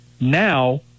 now